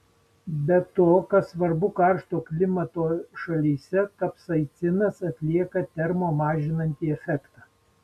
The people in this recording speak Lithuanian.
be to kas svarbu karšto klimato šalyse kapsaicinas atlieka termo mažinantį efektą